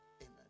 amen